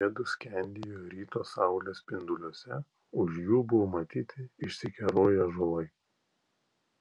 jiedu skendėjo ryto saulės spinduliuose už jų buvo matyti išsikeroję ąžuolai